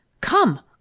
Come